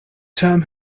term